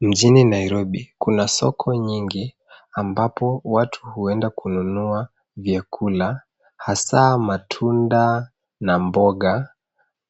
Mjini Nairobi kuna soko nyingi ambapo watu huenda kununua vyakula hasa matunda na mboga